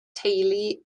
teulu